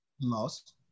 Lost